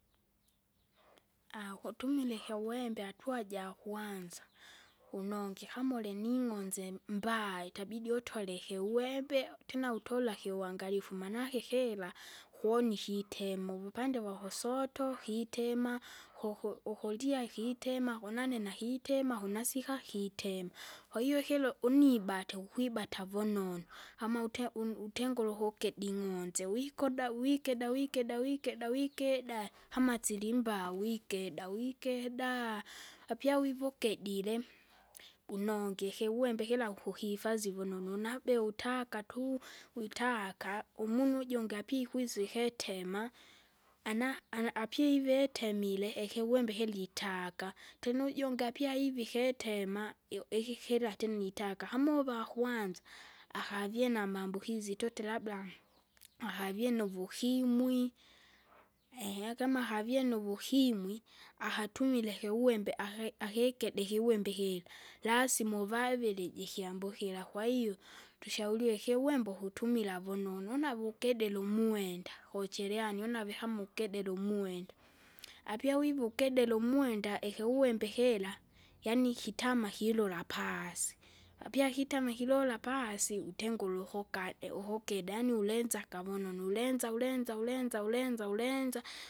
ukutumila ikiuwembe atua jakwanza, unongi kama ulining'onze mbaa itabidi utoleke iuwembe tena utolake kiuwangalifu, manake ikila, kuwona ikitema, uvupande wakusoto kitema, koku uku- ukulya ikitema, konani nakitema, kunasika kiitema. Kwahiyo ikilo unibate ukwibata vunonu, kama ute- unu- utengule ukukidi ing'onze, wikoda wikida wikida wikeda wikida! kama silimbawi wikeda wikeda! Apia vivukedile bunongi, ikiwembe kira kukihifadhi vunonu nabea utaka tu, witaaka, umunu ujungi api ikwisa eketem, ana- anaapive temile ikiwembe ikelitaka, twenujungi apia iviketema eu- ikikilatini nitaka kama uvakwanza. Akavie namambukizi ituti labda, akavie nuvukimwi kama havie nuvukimwi, akatumila kiuwembe aki- akikide ikiwembe kira. Lasima uvavili jikiambukira, kwahiyo, tushauriwe kiwembe ukutumila vunonu une avukedele umwenda, kuchereani une avikamo ukedele umwenda. Apia wivukedere umwenda, ikiuwembe kira, yaani kitama kilula paasi, apyakitama kilola paasi, utengure ukukade ukukida yaani ulenza akavununu, ulenza ulenza ulenza ulenza ulenza